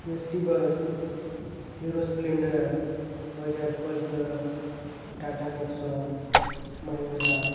S T bus Hero Splendor Bajaj Pulsar Tata Nexon Mahindra